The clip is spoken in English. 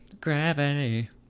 Gravity